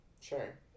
Sure